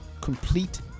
complete